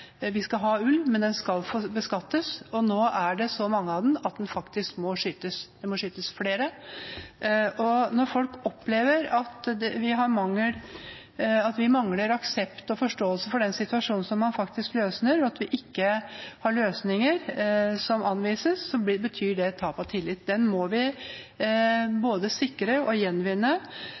Vi skal ha ulv, men den skal beskattes, og nå er det så mange av den at den faktisk må skytes. Det må skytes flere. Og når folk opplever at vi mangler aksept og forståelse for den situasjonen som man faktisk opplever, og at vi ikke har løsninger som anvises, betyr det et tap av tillit. Den må vi både sikre og gjenvinne.